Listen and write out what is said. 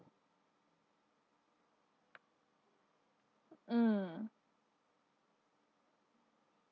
mm